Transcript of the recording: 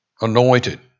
anointed